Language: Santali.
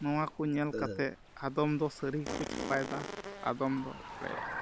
ᱱᱚᱣᱟ ᱠᱚ ᱧᱮᱞ ᱠᱟᱛᱮᱫ ᱟᱫᱚᱢ ᱫᱚ ᱥᱟᱹᱨᱤ ᱦᱚᱸᱠᱚ ᱪᱷᱟᱯᱟᱭᱫᱟ ᱟᱫᱚᱢ ᱫᱚ ᱮᱲᱮᱭᱟᱜ